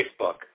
facebook